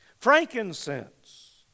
Frankincense